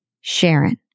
Sharon